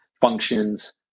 functions